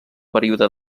període